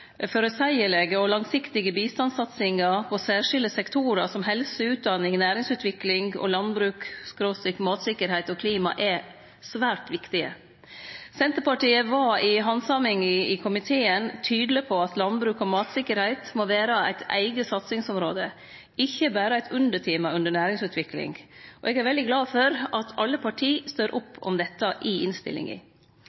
føreseielege og langsiktige bistandssatsingar på særskilde sektorar som helse, utdanning, næringsutvikling, landbruk/matsikkerheit og klima er svært viktig. Senterpartiet var i handsaminga i komiteen tydeleg på at landbruk og matsikkerheit må vere eit eige satsingsområde, ikkje berre eit undertema under næringsutvikling, og eg er veldig glad for at alle parti står